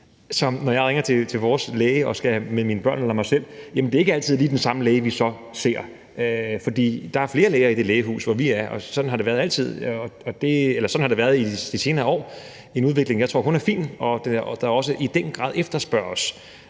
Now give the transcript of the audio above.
som patient ringer til vores læge om mine børn eller mig selv, er det ikke altid lige den samme læge, vi så ser, for der er flere læger i det lægehus, hvor vi er, og sådan har det været i de senere år – en udvikling, jeg tror kun er fin, og der også i den grad efterspørges.